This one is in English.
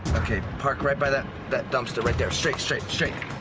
ok, park right by that that dumpster right there. straight, straight, straight.